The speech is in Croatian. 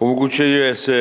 Omogućuje se